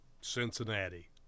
Cincinnati